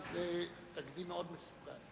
כי זה תקדים מאוד מסוכן.